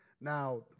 Now